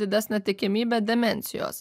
didesnę tikimybę demencijos